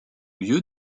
lieu